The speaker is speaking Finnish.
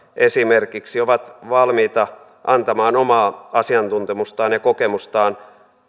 esimerkiksi ovat valmiita antamaan omaa asiantuntemustaan ja kokemustaan